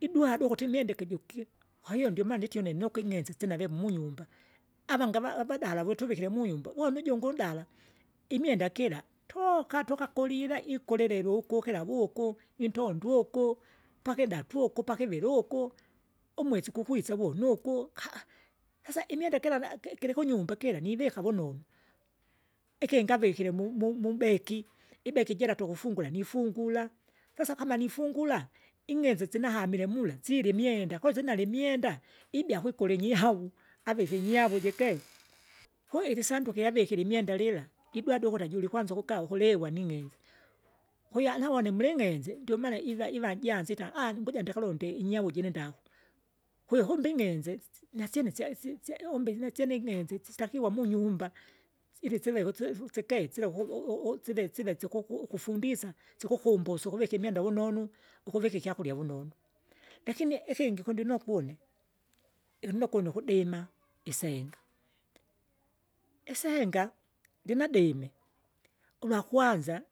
idwadu ukuti inyendeke juku, kwahiyo ndiomaana ikyo une nuking'enze isina ve munyumba, avange ava- avadala vutuvikire munyumba, wonu ujunge udala, imwenda gira, tooka tukakolila ikulelu ukukira vuku, intondwa uku, pakidatu uku, pakiviri uku, umwesi gukwisa uvunu uku, sasa imwenda gila la- gilikunyumba gila nivika vunonu. Ikingi avikire mu- mu- mubeki, ibeki jira tukufungura nifungura, sasa kama nifungura, ing'enze sinahamile mula silye imwenda, kosa sinalye imwenda, ibia kwikuli inyihau avike inyau jikenda, koo ilisanduke lyavikire imwenda lila, lidwade ukuti ajulikwanza ukukava kuligwa ning'enze, kwahiyo angiawa nimling'enze ndiomaana iva- iva janzita nguja ndikalonde inyau jire ndagwa. Kwahiyo hunding'enze nasyeme syaisi syai umbili nasyene ing'enze sitakiwa munyumba, ilisiveke usi- usike sila u- u- usive siva sikuku ukufundisa, sikukumbusye ukuvika imwenda vunonu, ukuvika ikyakurya vunonu. Lakini ikingi kundinokwa une, iuninokwa une ukudima. isenga, isenga jinadime, ulwakwanza